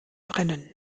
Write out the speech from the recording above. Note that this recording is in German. brennen